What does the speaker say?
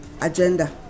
agenda